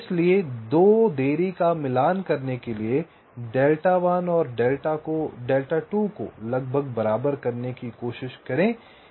इसलिए 2 देरी का मिलान करने के लिए डेल्टा 1 और डेल्टा 2 को लगभग बराबर करने की कोशिश करें